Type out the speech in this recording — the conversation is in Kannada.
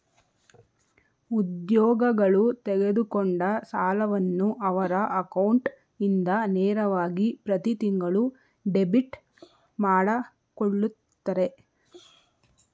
ಉದ್ಯೋಗಗಳು ತೆಗೆದುಕೊಂಡ ಸಾಲವನ್ನು ಅವರ ಅಕೌಂಟ್ ಇಂದ ನೇರವಾಗಿ ಪ್ರತಿತಿಂಗಳು ಡೆಬಿಟ್ ಮಾಡಕೊಳ್ಳುತ್ತರೆ